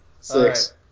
Six